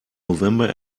november